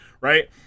right